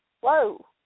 Whoa